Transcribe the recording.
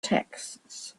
texts